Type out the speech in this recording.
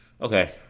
okay